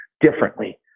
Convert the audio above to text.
differently